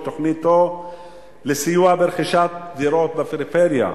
את תוכניתו לסיוע ברכישת דירות בפריפריה,